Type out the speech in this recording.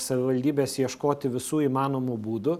savivaldybes ieškoti visų įmanomų būdų